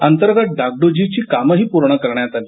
अंतर्गत डागडूजीची कामंही पूर्ण करण्यात आली